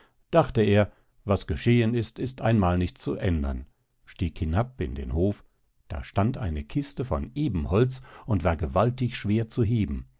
dachte er was geschehen ist einmal nicht zu ändern stieg hinab in den hof da stand eine kiste von ebenholz und war gewaltig schwer zu heben